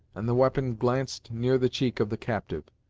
and the weapon glanced near the cheek of the captive,